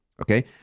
Okay